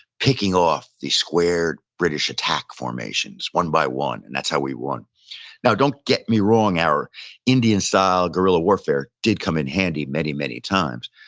picking off the square british attack formations one by one, and that's how we won now, don't get me wrong, our indian style guerrilla warfare did come in handy many, many times.